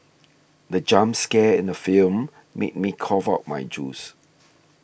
the jump scare in the film made me cough out my juice